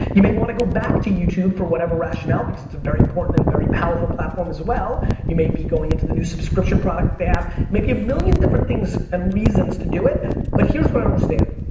you may want to go back to youtube for whatever rationale because it's a very important and very powerful platform as well you may be going into the new subscription product they have maybe a million different things and reasons to do it but here's what i don't understand.